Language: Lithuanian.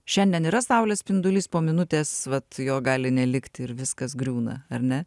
šiandien yra saulės spindulys po minutės vat jo gali nelikti ir viskas griūna ar ne